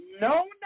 no